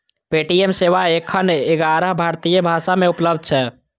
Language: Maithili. पे.टी.एम सेवा एखन ग्यारह भारतीय भाषा मे उपलब्ध छै